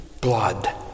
blood